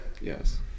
yes